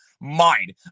mind